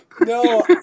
No